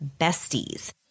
besties